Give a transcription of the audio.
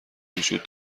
وجود